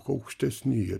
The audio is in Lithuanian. aukštesni jie